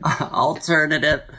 Alternative